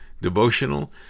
devotional